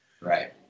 Right